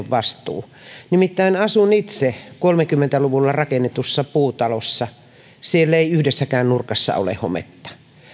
vastuu nimittäin asun itse kolmekymmentä luvulla rakennetussa puutalossa ja siellä ei yhdessäkään nurkassa ole hometta